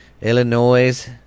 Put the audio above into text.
Illinois